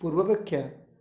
ପୂର୍ବାପେକ୍ଷା